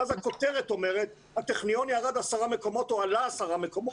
ואז הכותרת אומרת: הטכניון ירד עשרה מקומות או עלה עשרה מקומות.